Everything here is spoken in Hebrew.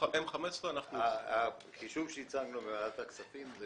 הם 15% אנחנו 20%. החישוב שהצגנו בוועדת הכספים זה